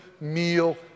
meal